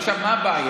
עכשיו, מה הבעיה?